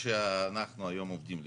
המנגנון שאנחנו היום עובדים לפיו.